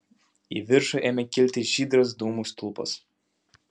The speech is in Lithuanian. į viršų ėmė kilti žydras dūmų stulpas